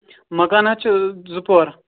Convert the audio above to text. مکان حظ چھِ زٕ پور